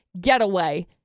getaway